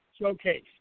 Showcase